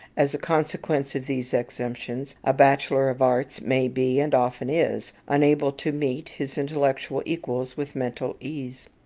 as a consequence of these exemptions, a bachelor of arts may be, and often is, unable to meet his intellectual equals with mental ease.